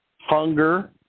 hunger